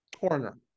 corner